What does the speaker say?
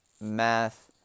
math